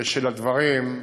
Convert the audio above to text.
של הדברים,